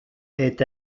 est